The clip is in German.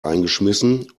eingeschmissen